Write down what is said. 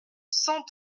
cent